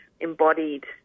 embodied